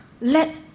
Let